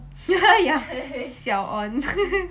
ya 小 on